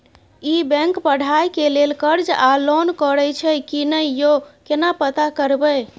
ई bank पढ़ाई के लेल कर्ज आ लोन करैछई की नय, यो केना पता करबै?